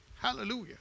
hallelujah